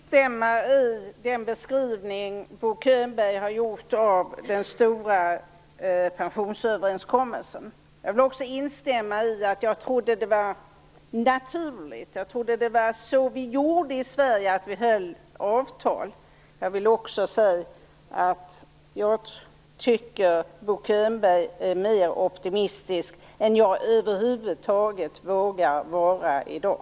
Fru talman! Jag vill instämma i den beskrivning Bo Könberg har gjort av den stora pensionsöverenskommelsen. Jag vill också instämma i att jag trodde det var naturligt att vi höll avtal. Jag trodde att det var så vi gjorde i Sverige. Jag vill också säga att jag tycker Bo Könberg är mer optimistisk än jag över huvud taget vågar vara i dag.